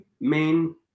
main